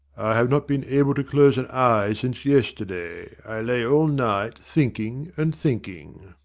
have not been able to close an eye since yesterday. i lay all night, thinking and thinking.